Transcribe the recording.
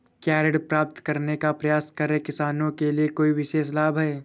क्या ऋण प्राप्त करने का प्रयास कर रहे किसानों के लिए कोई विशेष लाभ हैं?